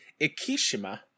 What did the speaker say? Ikishima